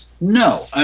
No